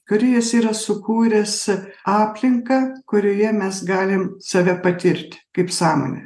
kūrėjas yra sukūręs aplinką kurioje mes galim save patirti kaip sąmonę